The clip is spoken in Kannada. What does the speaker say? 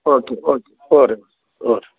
ಓಕೆ ಓಕೆ ಓಕೆ ಹ್ಞೂ ರೀ ಹ್ಞೂ ರೀ